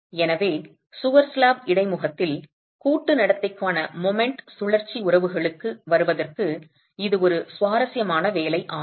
எனவே சுவர் ஸ்லாப் இடைமுகத்தில் கூட்டு நடத்தைக்கான மொமென்ட் சுழற்சி உறவுகளுக்கு வருவதற்கு இது ஒரு சுவாரஸ்யமான வேலை ஆகும்